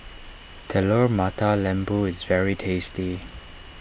Telur Mata Lembu is very tasty